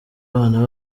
abana